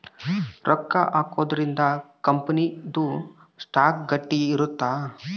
ರೊಕ್ಕ ಹಾಕೊದ್ರೀಂದ ಕಂಪನಿ ದು ಸ್ಟಾಕ್ ಗಟ್ಟಿ ಇರುತ್ತ